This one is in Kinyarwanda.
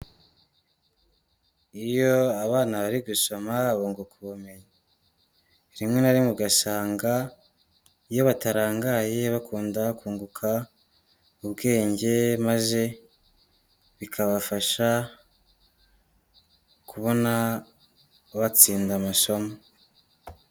Iyo abana bari gusoma bunguka ubumenyi. Rimwe na rimwe ugasanga iyo batarangaye bakunda kunguka ubwenge, maze bikabafasha kubona batsinda amasomo.